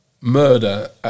murder